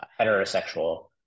Heterosexual